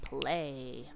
Play